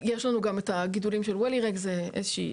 יש לנו גם את הגידולים של וולירקס שזו מחלה